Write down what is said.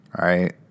right